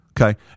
Okay